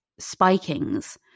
spikings